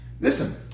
listen